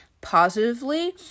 positively